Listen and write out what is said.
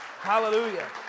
Hallelujah